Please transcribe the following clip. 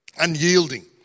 Unyielding